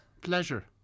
pleasure